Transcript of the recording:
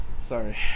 Sorry